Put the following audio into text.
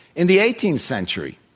in the eighteenth century,